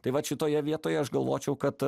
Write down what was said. tai vat šitoje vietoje aš galvočiau kad